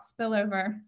spillover